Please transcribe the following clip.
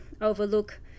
overlook